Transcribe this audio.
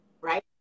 right